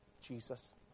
Jesus